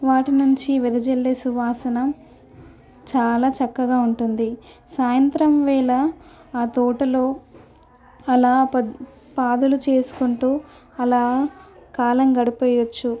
వాటి నుంచి వెదజల్లే సువాసన చాలా చక్కగా ఉంటుంది సాయంత్రం వేళ ఆ తోటలో అలా పాదులు చేసుకుంటూ అలా కాలం గడిపేయవచ్చు